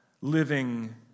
living